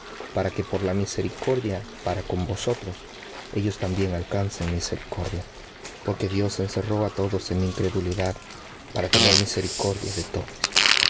para que por la misericordia para con vosotros ellos también alcancen misericordia porque dios encerró á todos en incredulidad para tener misericordia de todos los